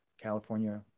California